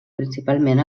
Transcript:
principalment